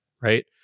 right